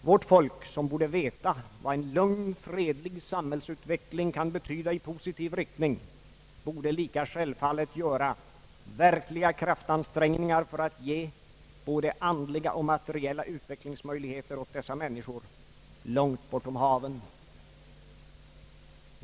Vårt folk som borde veta vad en lugn fredlig samhällsutveckling kan betyda i positiv riktning borde lika självfallet göra verkliga kraftansträngningar för att ge både andliga och materiella utvecklingsmöjligheter åt dessa människor långt bortom haven.